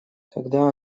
когда